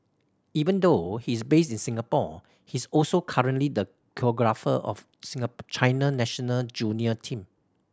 even though he is based in Singapore he is also currently the choreographer of China national junior team